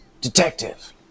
detective